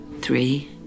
Three